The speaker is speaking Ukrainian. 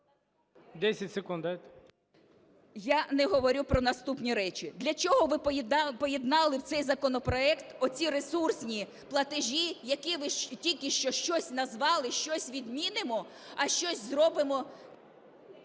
Я не говорю про наступні речі. Для чого ви поєднали в цей законопроект оці ресурсні платежі, які ви тільки що щось назвали, щось відмінимо, а щось зробимо…